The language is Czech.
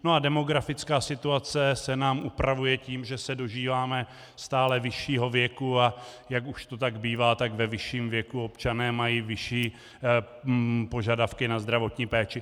No a demografická situace se nám upravuje tím, že se dožíváme stále vyššího věku, a jak už to tak bývá, tak ve vyšším věku občané mají vyšší požadavky na zdravotní péči.